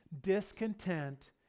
discontent